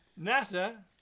nasa